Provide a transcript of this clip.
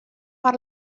per